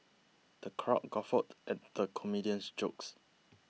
the crowd guffawed at the comedian's jokes